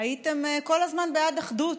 הייתם כל הזמן בעד אחדות,